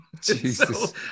Jesus